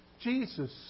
Jesus